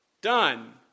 Done